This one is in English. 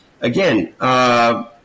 again –